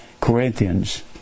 Corinthians